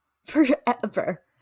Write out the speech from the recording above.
Forever